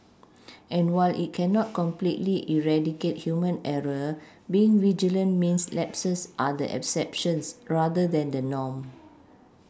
and while it cannot completely eradicate human error being vigilant means lapses are the exceptions rather than the norm